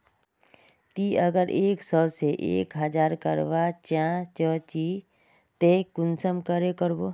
ती अगर एक सो से एक हजार करवा चाँ चची ते कुंसम करे करबो?